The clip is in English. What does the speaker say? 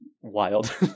wild